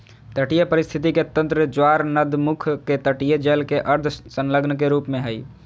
तटीय पारिस्थिति के तंत्र ज्वारनदमुख के तटीय जल के अर्ध संलग्न के रूप में हइ